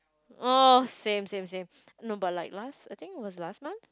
oh same same same no but like last I think it was last month